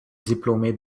diplômée